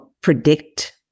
predict